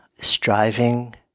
striving